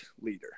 leader